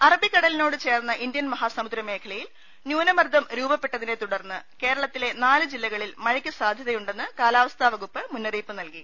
അറബിക്കടലിനോട് ചേർന്ന ഇന്ത്യൻ മഹാസമുദ്ര മേഖല യിൽ ന്യൂനമർദ്ദം രൂപപ്പെട്ടതിനെത്തുടർന്ന് കേരളത്തിലെ നാല് ജില്ലകളിൽ മഴയ്ക്ക് സാധ്യതയുണ്ടെന്ന് കാലാവസ്ഥാവകുപ്പ് മുന്നറിയിപ്പ് നൽകി